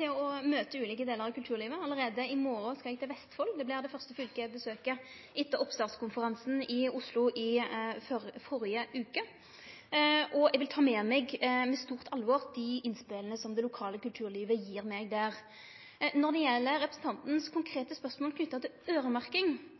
til å møte ulike delar av kulturlivet. Allereie i morgon skal eg til Vestfold – det blir det første fylket eg besøker etter oppstartskonferansen i Oslo førre veke. Eg vil med stort alvor ta med meg dei innspela som det lokale kulturlivet gjev meg der. Når det gjeld representanten sitt konkrete spørsmål knytt til